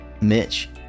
Mitch